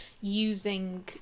using